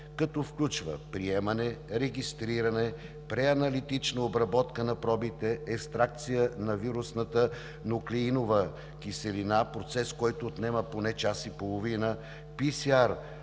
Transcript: като включва приемане, регистриране, преаналитична обработка на пробите, екстракция на вирусната нуклеинова киселина – процес, който отнема поне час и половина, PCR